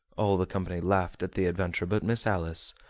all the company laughed at the adventure but miss alice,